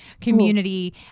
community